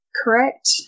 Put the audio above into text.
Correct